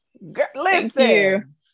Listen